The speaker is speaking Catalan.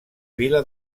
vila